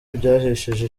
byahesheje